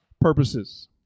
purposes